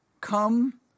Come